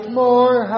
more